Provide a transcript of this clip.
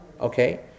okay